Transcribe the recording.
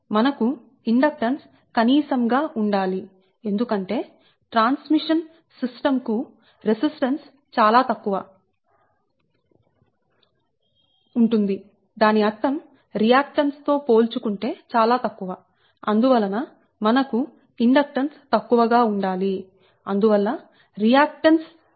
మనకు ఇండక్టెన్స్ కనీసం గా ఉండాలి ఎందుకంటే ట్రాన్స్మిషన్ సిస్టంకు రెసిస్టెన్స్ చాలా తక్కువగా ఉంటుంది దాని అర్థం రియాక్టన్స్ తో పోల్చుకుంటే చాలా తక్కువ అందువలన మనకు ఇండక్టెన్స్ తక్కువగా ఉండాలి అందువల్ల రియాక్టన్స్ కూడా తక్కువగా ఉంటుంది